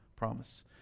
promise